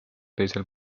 teisel